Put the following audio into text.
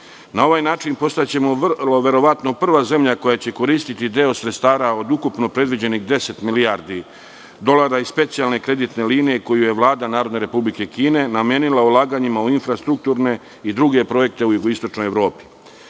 ovaj način postaćemo vrlo verovatno prva zemlja koja će koristiti deo sredstava od ukupno predviđenih 10 milijardi dolara i specijalne kreditne linije koju je Vlada Narodne Republike Kine namenila ulaganjima u infrastrukturne i druge projekte u jugoistočnoj Evropi. Ovo